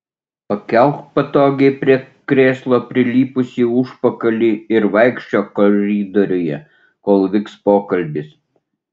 pakelk patogiai prie krėslo prilipusį užpakalį ir vaikščiok koridoriuje kol vyks pokalbis